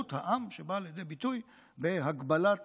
שבאה לידי ביטוי בהגבלת